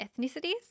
ethnicities